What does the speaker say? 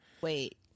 Wait